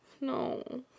no